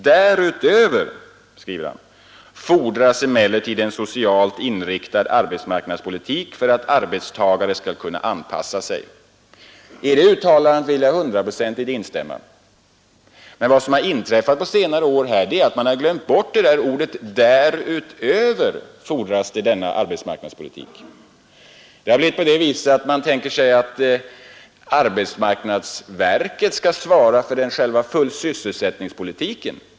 Därutöver fordras emellertid en socialt orienterad arbetsmarknadspolitik för att arbetstagare skall kunna anpassa sig.” I detta uttalande kan jag instämma till 100 procent. Vad som har inträffat på senare år är att man har glömt bort att det ä som det fordras en socialt inriktad arbetsmarknadspolitik. Man tänker sig i stället att arbetsmarknadsstyrelsen skall svara för den fulla sysselsättningens politik.